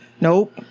Nope